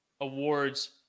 awards